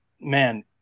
man